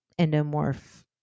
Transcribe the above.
endomorph